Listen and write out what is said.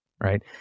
right